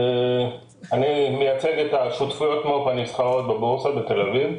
אני מייצג את שותפות המו"פ הנסחרות בבורסה בתל אביב.